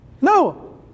No